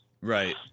Right